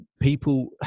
people